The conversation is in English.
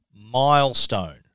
milestone